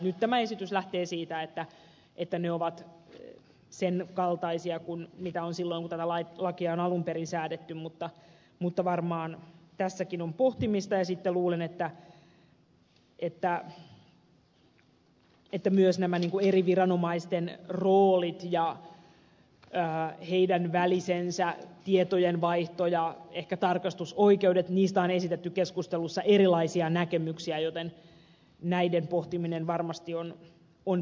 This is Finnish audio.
nyt tämä esitys lähtee siitä että ne ovat sen kaltaisia kuin mitä on ollut silloin kun tätä lakia on alun perin säädetty mutta varmaan tässäkin on pohtimista ja sitten luulen että myös näiden eri viranomaisten roolien ja heidän välisensä tietojenvaihdon ja ehkä tarkastusoikeuksien niistä on esitetty keskustelussa erilaisia näkemyksiä pohtiminen varmasti on paikallaan